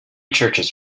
churches